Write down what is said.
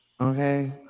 okay